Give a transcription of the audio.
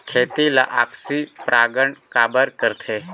खेती ला आपसी परागण काबर करथे?